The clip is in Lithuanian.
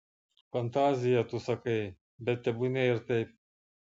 fantazija tu sakai bet tebūnie ir taip